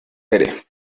pere